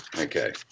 Okay